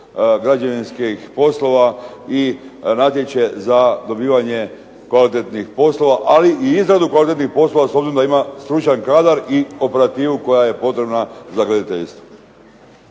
građevinskih poslova i natječe za dobivanje kvalitetnih poslova, ali i izradu kvalitetnih poslova s obzirom da ima stručan kadar i operativu koja je potrebna za graditeljstvo.